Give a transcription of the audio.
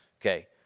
Okay